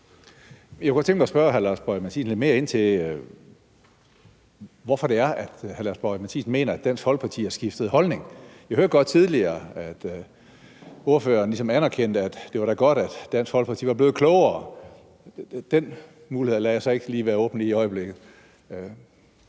Jeg kunne godt tænke mig at spørge hr. Lars Boje Mathiesen lidt mere ind til, hvorfor det er, hr. Lars Boje Mathiesen mener, at Dansk Folkeparti har skiftet holdning. Jeg hørte godt tidligere, at ordføreren ligesom anerkendte, at det da var godt, at Dansk Folkeparti var blevet klogere. Den mulighed lader jeg så ikke lige være åben i øjeblikket.